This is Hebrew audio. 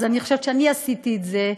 אז אני חושבת שאני עשיתי את זה,